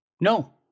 No